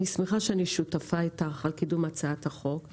אני שמחה שאני שותפה איתך בקידום הצעת החוק,